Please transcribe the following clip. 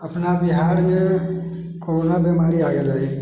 अपना बिहारमे कोरोना बीमारी आयल रहै